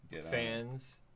fans